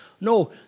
No